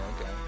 okay